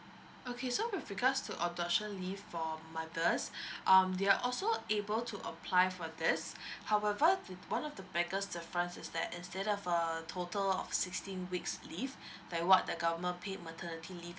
okay so with regards to adoption leave for mothers um they're also able to apply for this however the one of the biggest different is that instead of a total of sixteen weeks leave like what the government paid maternity leave